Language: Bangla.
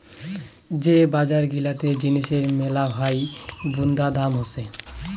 যে বজার গিলাতে জিনিসের মেলহাই বুন্দা দাম হসে